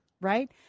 right